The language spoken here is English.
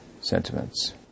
sentiments